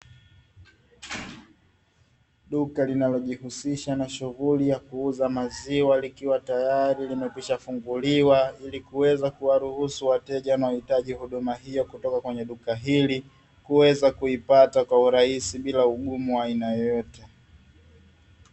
Duka linalojihusisha na shughuli ya kuuza maziwa likiwa tayari limekwishafunguliwa ili kuweza kuwaruhusu wateja wanaohitaji huduma hiyo kutoka kwenye duka hili, kuweza kuipata kwa urahisi bila ugumu wa aina yeyote.